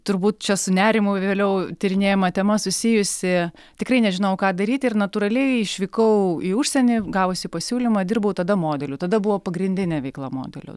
turbūt čia su nerimu vėliau tyrinėjama tema susijusi tikrai nežinojau ką daryti ir natūraliai išvykau į užsienį gavusi pasiūlymą dirbau tada modeliu tada buvo pagrindinė veikla modelio